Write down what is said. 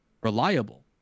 reliable